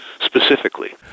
specifically